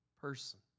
person